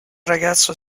ragazzo